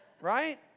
right